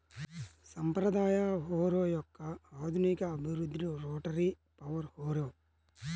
సాంప్రదాయ హారో యొక్క ఆధునిక అభివృద్ధి రోటరీ పవర్ హారో